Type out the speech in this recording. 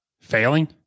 Failing